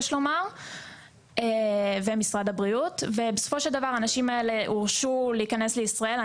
ושל משרד הבריאות ובסופו של דבר האנשים האלה הורשו להיכנס לישראל.